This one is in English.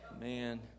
Man